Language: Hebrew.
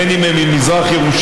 בין אם הם ממזרח ירושלים,